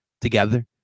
together